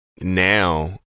now